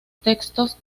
textos